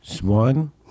one